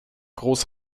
groß